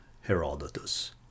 Herodotus